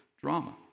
drama